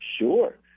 sure